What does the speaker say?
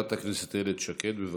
חברת הכנסת איילת שקד, בבקשה.